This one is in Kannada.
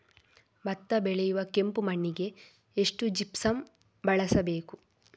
ಭತ್ತ ಬೆಳೆಯುವ ಕೆಂಪು ಮಣ್ಣಿಗೆ ಎಷ್ಟು ಜಿಪ್ಸಮ್ ಬಳಸಬೇಕು?